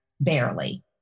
barely